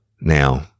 now